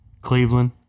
Cleveland